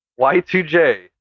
Y2J